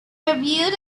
reviewed